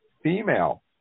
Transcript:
female